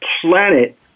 planet